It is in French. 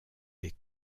des